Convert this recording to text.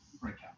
breakout